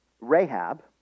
Rahab